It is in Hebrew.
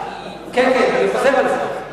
כן, כן, אני חוזר על זה.